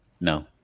No